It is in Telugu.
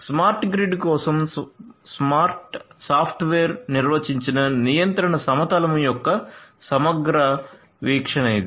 స్మార్ట్ గ్రిడ్ కోసం సాఫ్ట్వేర్ నిర్వచించిన నియంత్రణ సమతలము యొక్క సమగ్ర వీక్షణ ఇది